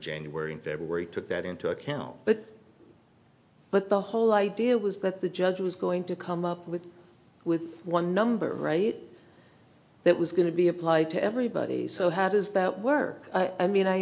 january and february took that into account but but the whole idea was that the judge was going to come up with with one number right that was going to be apply to everybody so how does that work i mean i